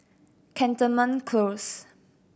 Cantonment Close